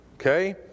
okay